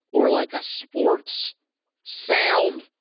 or like a sports sound,